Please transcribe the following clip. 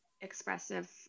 expressive